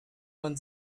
man